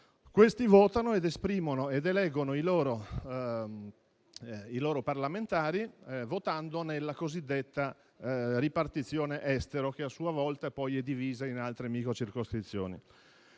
italiani all'estero - che eleggono i loro parlamentari votando nella cosiddetta ripartizione estero, che a sua volta poi è divisa in altre micro-circoscrizioni.